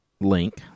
link